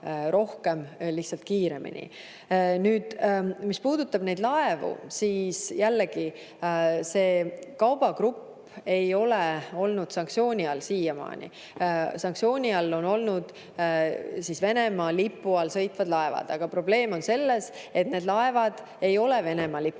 raha lihtsalt kiiremini. Nüüd, mis puudutab neid laevu, siis jällegi, see kaubagrupp ei ole siiamaani sanktsiooni all olnud. Sanktsiooni all on olnud Venemaa lipu all sõitvad laevad. Aga probleem on selles, et need laevad ei ole Venemaa lipu